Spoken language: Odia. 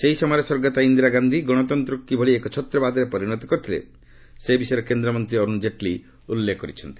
ସେହି ସମୟରେ ସ୍ୱର୍ଗତା ଇନ୍ଦିରା ଗାନ୍ଧି ଗଣତନ୍ତ୍ରକୁ କିଭଳି ଏକଚ୍ଚତ୍ରବାଦରେ ପରିଣତ କରିଥିଲେ ସେ ବିଷୟରେ କେନ୍ଦ୍ରମନ୍ତ୍ରୀ ଅରୁଣ ଜେଟ୍ଲୀ ଉଲ୍ଲେଖ କରିଛନ୍ତି